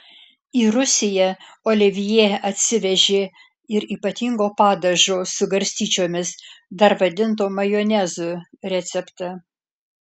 į rusiją olivjė atsivežė ir ypatingo padažo su garstyčiomis dar vadinto majonezu receptą